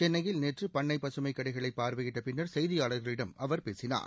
சென்னையில் நேற்று பண்ணை பசுமை கடைகளை பார்வையிட்ட பின்னர் செய்தியாளர்களிடம் அவர் பேசினார்